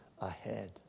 ahead